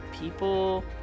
people